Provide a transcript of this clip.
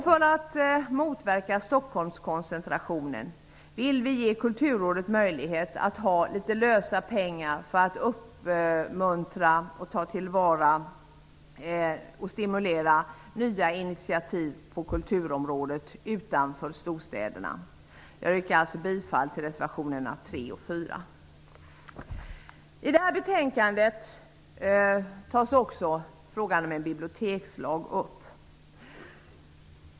För att motverka Stockholmskoncentrationen vill vi ge Kulturrådet möjlighet att ha litet lösa pengar för att kunna uppmuntra, ta till vara och stimulera nya initiativ på kulturområdet utanför storstäderna. Jag yrkar bifall till reservationerna nr 3 och nr 4. I betänkandet tas också frågan om en bibliotekslag upp.